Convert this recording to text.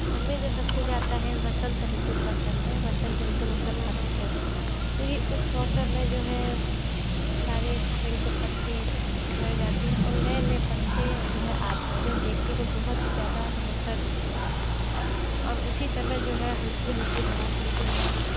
हमें जो सबसे ज़्यादा है वसंत ऋतु पसंद है वसंत ऋतु मतलब पतझड़ क्योंकि उस मौसम में जो है सारे पेड़ के पत्ते झड़ जाते हैं और नए नए पत्ते जो है आते हैं जो देखने में बहुत ही ज़्यादा सुंदर दिखते हैं और उसी समय जो है हल्की हल्की हवा चलती है